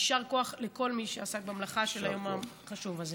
יישר כוח לכל מי שעסק במלאכה של היום החשוב הזה.